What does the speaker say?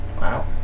Wow